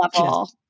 level